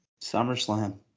SummerSlam